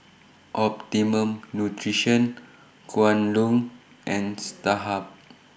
Optimum Nutrition Kwan Loong and Starhub